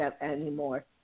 anymore